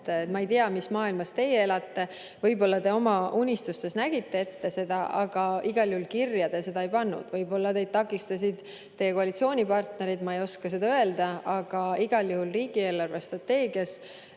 Ma ei tea, mis maailmas teie elate, võib-olla te oma unistustes nägite seda [tõusu] ette, aga igal juhul kirja te seda ei pannud. Võib-olla teid takistasid teie koalitsioonipartnerid, ma ei oska seda öelda, aga igal juhul riigi eelarvestrateegias